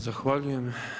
Zahvaljujem.